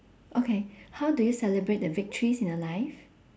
okay how do you celebrate the victories in your life